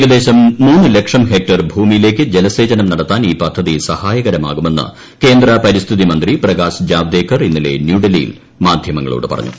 ഏകദേശം മൂന്ന് ലക്ഷം ഹെക്ടർ ഭൂമിയിലേക്ക് ജലസേചനം നടത്താൻ ഈ പദ്ധതി സഹായകരമാകുമെന്ന് കേന്ദ്ര പരിസ്ഥിതി മന്ത്രി പ്രകാശ് ജാവ്ഡേക്കർ ഇന്നലെ ന്യൂഡൽഹിയിൽ മാധ്യമങ്ങളോട് പറഞ്ഞു